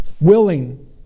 willing